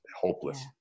hopeless